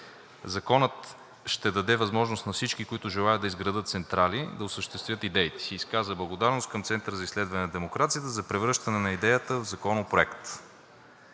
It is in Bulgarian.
Законът ще даде възможност на всички, които желаят да изградят централи, да осъществят идеите си. Изказа благодарност към Центъра за изследване на демокрацията за превръщането на идеята в законопроект.